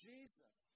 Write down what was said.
Jesus